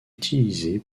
utilisé